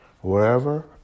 wherever